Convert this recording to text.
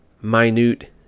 minute